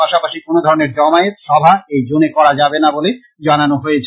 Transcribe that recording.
পাশাপাশি কোন ধরনের জমায়েত সভা এই জোনে করা যাবে না বলে জানানো হয়েছে